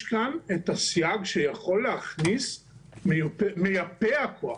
כאן את הסייג שיכול להכניס מייפה הכוח,